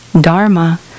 dharma